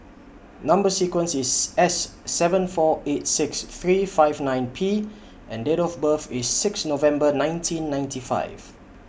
Number sequence IS S seven four eight six three five nine P and Date of birth IS six November nineteen ninety five